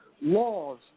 laws